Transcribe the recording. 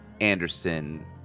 Anderson